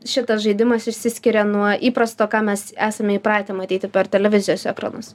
šitas žaidimas išsiskiria nuo įprasto ką mes esame įpratę matyti per televizijos ekranus